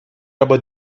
about